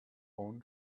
own